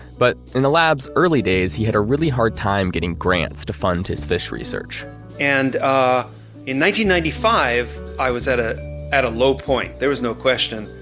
but in the lab's early days he had a really hard time getting grants to fund his fish research and ah ninety ninety five, i was at ah at a low point. there was no question.